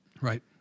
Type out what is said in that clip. Right